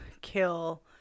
kill